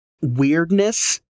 weirdness